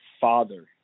father